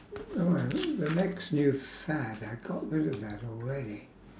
the next new fad I got rid of that already